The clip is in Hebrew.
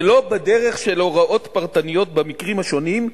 ולא בדרך של הוראות פרטניות במקרים השונים,